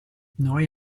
noi